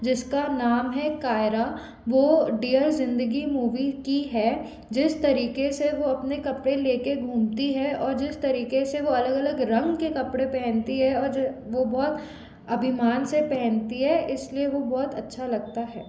जिसका नाम है कायरा वो वो डिअर ज़िन्दगी मूवी की है जिस तरीके से वो अपने कपड़े लेके घूमती है और जिस तरीके से वो अलग अलग रंग के कपड़े पहनती है और जो वो बहुत अभिमान से पहनती है इस लिए वो बहुत अच्छा लगता है